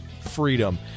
freedom